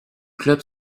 club